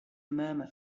murmur